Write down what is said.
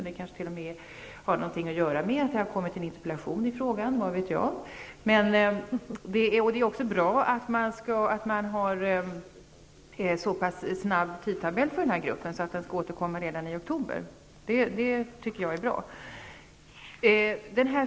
Det har kanske t.o.m. någonting att göra med att det har kommit en interpellation i frågan; vad vet jag? Det är också bra att man har en så pass komprimerad tidtabell för den här gruppen -- att den skall återkomma redan i oktober.